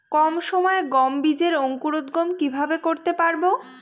কম সময়ে গম বীজের অঙ্কুরোদগম কিভাবে করতে পারব?